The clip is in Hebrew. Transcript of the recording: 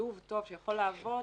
שילוב טוב שיכול לעבוד